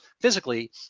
physically